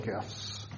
gifts